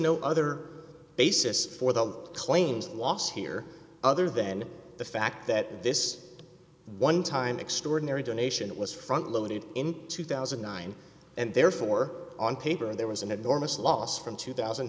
no other basis for the claims loss here other than the fact that this one time extraordinary donation was front loaded in two thousand and nine and therefore on paper there was an enormous loss from two thousand